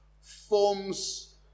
forms